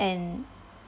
and